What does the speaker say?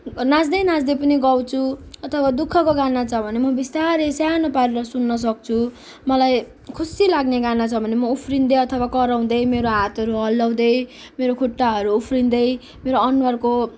नाच्दै नाच्दै पनि गाउँछु अथवा दुखःको गाना छ भने म बिस्तारै सानो पाराले सुन्न सक्छु मलाई खुसी लाग्ने गाना छ भने म उफ्रिँदै अथवा कराउँदै म मेरो हातहरू हल्लाउँदै मेरो खुट्टाहरू उफ्रिँदै मेरो अनुहारको